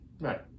Right